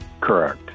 Correct